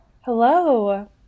Hello